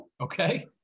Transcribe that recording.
okay